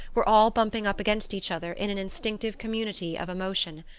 were all bumping up against each other in an instinctive community of emotion.